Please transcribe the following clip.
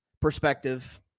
perspective